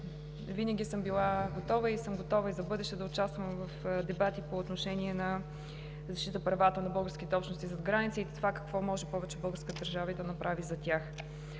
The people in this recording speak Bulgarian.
Винаги съм била готова и съм готова в бъдеще да участвам в дебати по отношение на защита правата на българските общности зад граница и това какво повече може българската държава да направи за тях.